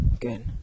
good